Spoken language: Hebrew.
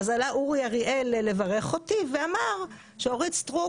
עלה אורי אריאל לברך אותי ואמר שאורית סטרוק